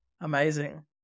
Amazing